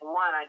one